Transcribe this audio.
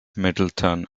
middleton